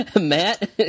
Matt